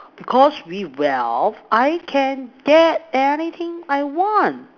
because with wealth I can get anything I want